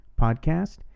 podcast